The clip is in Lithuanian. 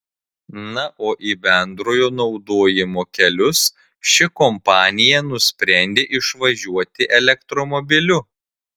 na o į bendrojo naudojimo kelius ši kompanija nusprendė išvažiuoti elektromobiliu